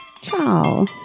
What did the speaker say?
Ciao